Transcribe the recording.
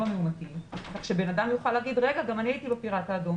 המאומתים כדי אדם יוכל להגיד שגם הוא היה בפיראט האדום